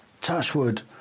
touchwood